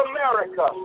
America